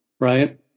right